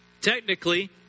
Technically